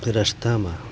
રસ્તામાં